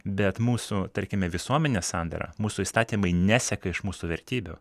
bet mūsų tarkime visuomenės sandarą mūsų įstatymai neseka iš mūsų vertybių